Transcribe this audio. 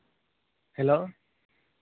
hello